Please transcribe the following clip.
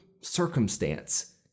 circumstance